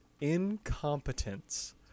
incompetence